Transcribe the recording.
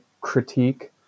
critique